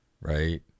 Right